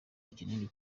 ikinini